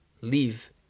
leave